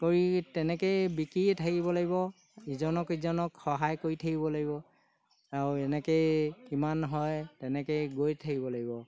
কৰি তেনেকৈয়ে বিকিয়ে থাকিব লাগিব ইজনক ইজনক সহায় কৰি থাকিব লাগিব আৰু এনেকৈয়ে কিমান হয় তেনেকৈয়ে গৈ থাকিব লাগিব